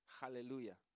Hallelujah